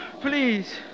Please